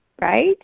right